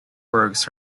works